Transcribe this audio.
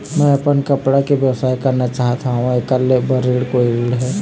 मैं अपन कपड़ा के व्यवसाय करना चाहत हावे का ऐकर बर कोई ऋण हे?